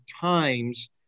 times